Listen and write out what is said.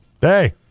hey